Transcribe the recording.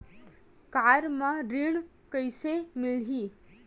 Car म ऋण कइसे मिलही?